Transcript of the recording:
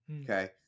Okay